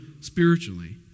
spiritually